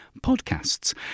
podcasts